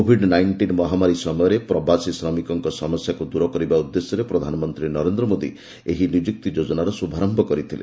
Covid nineteen ମହାମାରୀ ସମୟରେ ପ୍ରବାସୀ ଶ୍ରମିକମାନଙ୍କ ସମସ୍ୟାକୁ ଦୂର କରିବା ଉଦ୍ଦେଶ୍ୟରେ ପ୍ରଧାନମନ୍ତ୍ରୀ ନରେନ୍ଦ ମୋଦୀ ଏହି ନିଯୁକ୍ତି ଯୋଜନାର ଶୁଭାରନ୍ୟ କରିଥିଲେ